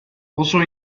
also